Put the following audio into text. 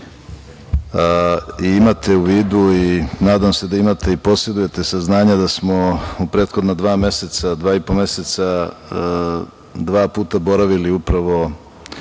manjine i nadam se da imate u vidu i posedujete saznanja da smo u prethodna dva meseca, dva i po meseca, dva puta boravili upravo